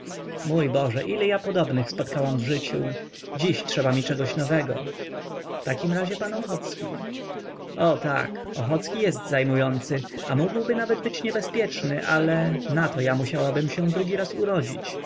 mój boże ilu ja podobnych spotkałam w życiu dziś trzeba mi czegoś nowego w takim razie pan ochocki o tak ochocki jest zajmujący a mógłby nawet być niebezpieczny ale nato ja musiałabym drugi raz się urodzić